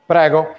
Prego